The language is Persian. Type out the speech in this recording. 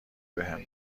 بهم